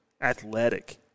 athletic